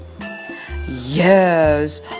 Yes